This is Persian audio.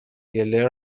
گلر